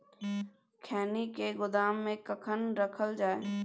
खैनी के गोदाम में कखन रखल जाय?